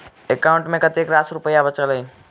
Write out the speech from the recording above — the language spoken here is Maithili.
एकाउंट मे कतेक रास रुपया बचल एई